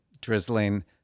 Drizzling